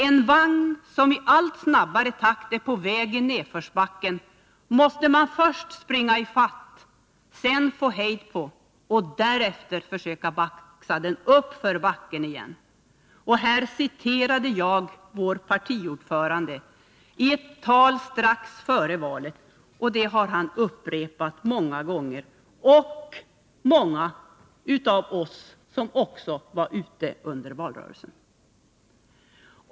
En vagn som i allt snabbare takt är på väg i nedförsbacken måste man först springa i fatt, sedan få hejd på och därefter försöka baxa uppför backen igen.” Här citerade jag vår partiordförande i ett tal strax före valet. Han har upprepat detta många gånger liksom många av oss andra som var ute och talade under valrörelsen.